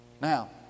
Now